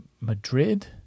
Madrid